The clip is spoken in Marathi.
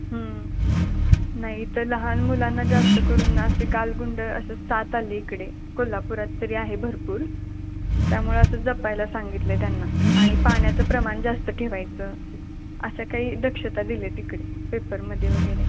नाही इथं लहान मुलांना जास्तकरून असे गालगुंड असं साथ आली इकडे कोल्हापुरात तरी आहे भरपूर त्यामुळं असं जपायला सांगितलं आहे त्यांना आणि पाण्याचं प्रमाण जास्त ठेवायचं असं काही दक्षता दिल्या आहेत इकडे पेपरमध्ये वगैरे